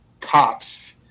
cops